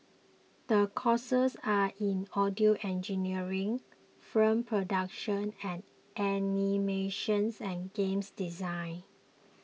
the courses are in audio engineering from production and animations and games design